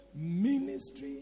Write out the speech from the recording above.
ministry